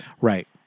Right